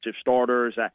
starters